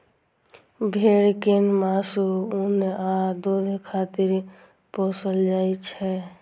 भेड़ कें मासु, ऊन आ दूध खातिर पोसल जाइ छै